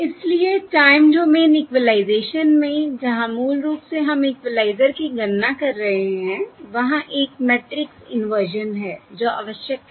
इसलिए time domain equalization में जहां मूल रूप से हम इक्विलाइज़र की गणना कर रहे हैं वहां एक मैट्रिक्स इनवर्सन है जो आवश्यक है